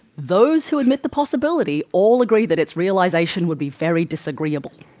those who admit the possibility all agree that its realisation would be very disagreeable.